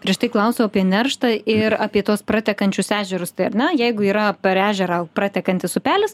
prieš tai klausiau apie nerštą ir apie tuos pratekančius ežerus tai ar na jeigu yra per ežerą pratekantis upelis